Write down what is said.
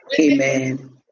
Amen